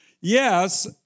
Yes